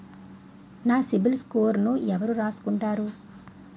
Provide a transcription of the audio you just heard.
నా సిబిల్ స్కోరును ఎవరు రాసుకుంటారు